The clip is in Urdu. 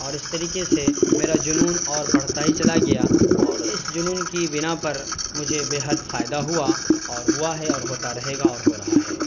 اور اس طریقے سے میرا جنون اور بڑھتا ہی چلا گیا اور اس جنون کی بنا پر مجھے بےحد فائدہ ہوا اور ہوا ہے اور ہوتا رہے گا اور ہو رہا ہے